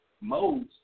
modes